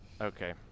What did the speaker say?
okay